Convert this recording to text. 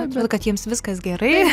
atrodo kad jiems viskas gerai